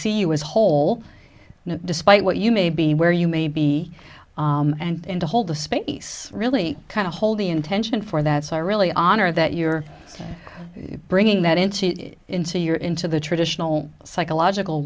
you as whole despite what you may be where you may be and to hold the space really kind of hold the intention for that so i really honor that you're bringing that into into your into the traditional psychological